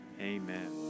Amen